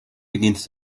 begins